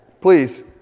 Please